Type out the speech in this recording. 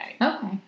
Okay